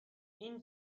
این